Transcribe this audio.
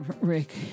Rick